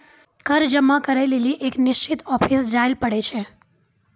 कर जमा करै लेली एक निश्चित ऑफिस जाय ल पड़ै छै